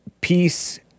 peace